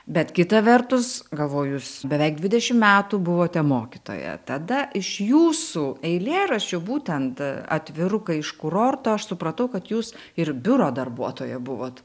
bet kita vertus galvojus beveik dvidešim metų buvote mokytoja tada iš jūsų eilėraščių būtent atviruką iš kurorto aš supratau kad jūs ir biuro darbuotoja buvot